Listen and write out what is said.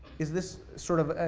is this sort of